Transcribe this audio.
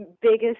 biggest